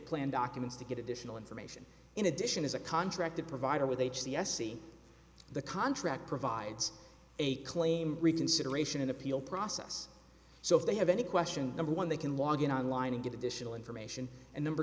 plan documents to get additional information in addition is a contracted provider with h c s e the contract provides a claim reconsideration an appeal process so if they have any question number one they can log in on line and get additional information and number